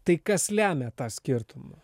tai kas lemia tą skirtumą